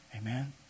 Amen